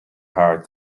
hard